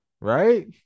right